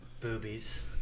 Boobies